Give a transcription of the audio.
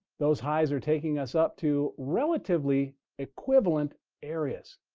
those highs are taking us up to relatively equivalent areas.